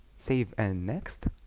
save and next